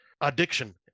addiction